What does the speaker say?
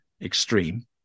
extreme